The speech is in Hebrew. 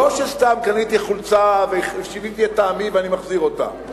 לא שסתם קניתי חולצה ושיניתי את טעמי ואני מחזיר אותה,